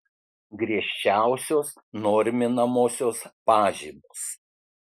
griežčiausios norminamosios pažymos